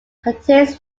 contains